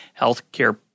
healthcare